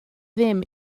ddim